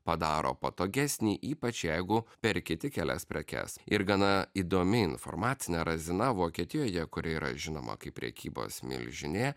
padaro patogesnį ypač jeigu perki tik kelias prekes ir gana įdomi informacinė razina vokietijoje kuri yra žinoma kaip prekybos milžinė